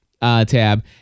tab